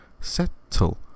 settle